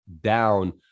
down